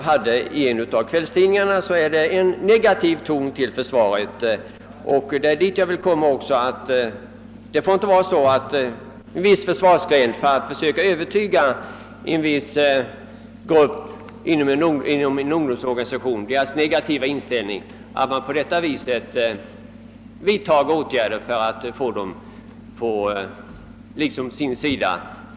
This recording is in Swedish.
Jag menar just att det inte får vara så, att en försvarsgren på detta sätt vidtar åtgärder för att försöka få en viss grupp med negativ inställning inom en unsgdomsorganisation att ändra uppfattning. Det är dit jag har velat komma med min fråga.